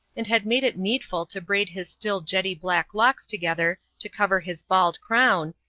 and had made it needful to braid his still jetty black locks together to cover his bald crown,